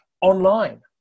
online